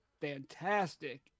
fantastic